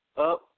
up